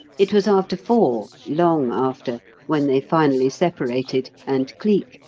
it was after four long after when they finally separated and cleek,